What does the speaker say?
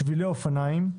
שבילי אופניים.